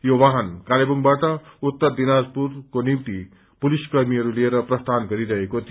यो वाहन कालेबुङबाट उत्तर दिनाजपुरको निम्ति पुलिसकर्मीहरू लिएर प्रस्थान गरिरहेको थियो